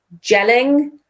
gelling